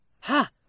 Ha